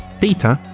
data,